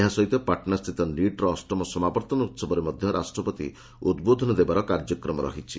ଏହା ସହିତ ପାଟନାସ୍ଥିତ ନିଟ୍ର ଅଷ୍ଟମ ସମାବର୍ତ୍ତନ ଉତ୍ସବରେ ମଧ୍ୟ ରାଷ୍ଟ୍ରପତି ଉଦ୍ବୋଧନ ଦେବାର କାର୍ଯ୍ୟକ୍ରମ ରହିଛି